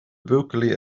buachaillí